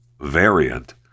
variant